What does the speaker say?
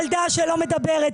ילדה שלא מדברת,